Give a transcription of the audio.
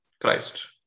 Christ